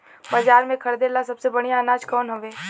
बाजार में खरदे ला सबसे बढ़ियां अनाज कवन हवे?